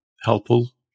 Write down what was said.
helpful